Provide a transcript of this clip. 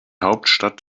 hauptstadt